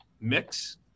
mix